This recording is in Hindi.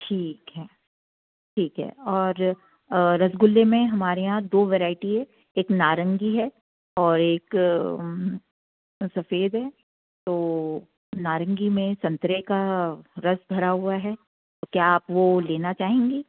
ठीक है ठीक है और रसगुल्ले में हमारे यहाँ दो वेराइटी है एक नारंगी है और एक सफ़ेद है तो नारंगी में संतरे का रस भरा हुआ है तो क्या आप वो लेना चाहेंगी